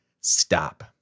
stop